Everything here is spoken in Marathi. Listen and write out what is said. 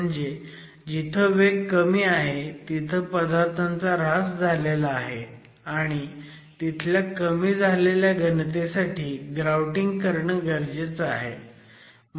म्हणजे जिथं वेग कमी आहे तिथं पदार्थांचा ऱ्हास झाला आहे आणि तिथल्या कमी झालेल्या घनतेसाठी ग्राउटिंग गरजेचं आहे